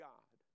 God